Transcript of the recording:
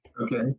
okay